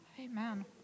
Amen